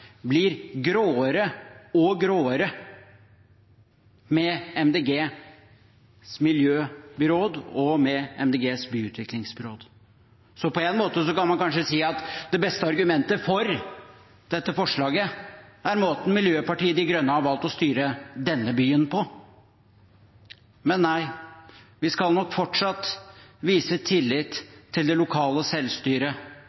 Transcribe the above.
blir gråere og gråere med MDGs miljøbyråd og med MDGs byutviklingsbyråd. På en måte kan man kanskje si at det beste argumentet for dette forslaget er måten Miljøpartiet De Grønne har valgt å styre denne byen på. Men nei, vi skal nok fortsatt vise